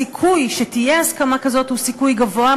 הסיכוי שתהיה הסכמה כזאת הוא סיכוי גבוה,